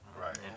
Right